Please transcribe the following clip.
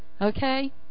Okay